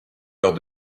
lors